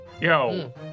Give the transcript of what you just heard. Yo